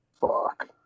fuck